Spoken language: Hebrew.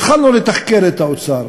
התחלנו לתחקר את האוצר.